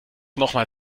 nochmal